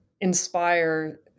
inspire